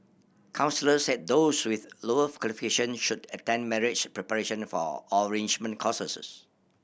counsellors said those with lower qualifications should attend marriage preparation for or enrichment courses